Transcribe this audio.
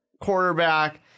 quarterback